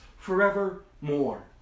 forevermore